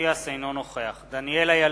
אינו נוכח דניאל אילון,